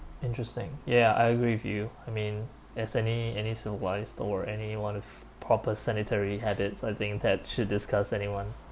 interesting ya I agree with you I mean as any any still wise or anyone of proper sanitary habits I think that should disgusts anyone